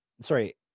sorry